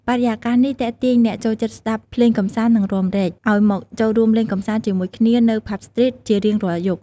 បរិយាកាសនេះទាក់ទាញអ្នកចូលចិត្តស្តាប់ភ្លេងកម្សាន្ត និងរាំរែក ឲ្យមកចូលរួមលេងកម្សាន្តជាមួយគ្នានៅ ផាប់ស្ទ្រីតជារៀងរាល់យប់។